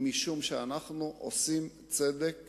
אלא משום שאנחנו עושים צדק